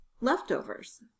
leftovers